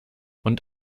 und